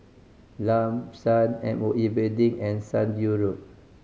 Lam San M O E Building and Sunview Road